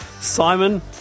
Simon